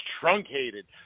truncated